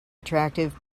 attractive